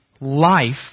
life